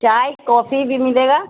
چائے کافی بھی ملے گا